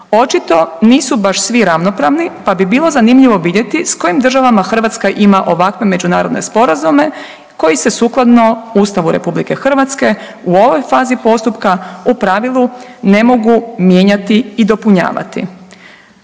Očito nisu baš svi ravnopravni pa bi bilo zanimljivo vidjeti s kojim državama Hrvatska ima ovakve međunarodne sporazume koji se sukladno Ustavu Republike Hrvatske u ovoj fazi postupka u pravilu ne mogu mijenjati i dopunjavati.